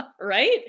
Right